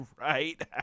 right